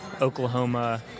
Oklahoma